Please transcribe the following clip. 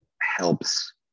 helps